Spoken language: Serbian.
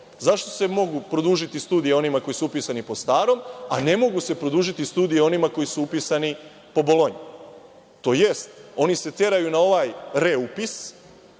Zašto se mogu produžiti studije onima koji su upisani po starom, a ne mogu se produžiti studije onima koji su upisani po Bolonji? Odnosno, oni se teraju na ovaj reupis,